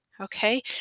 Okay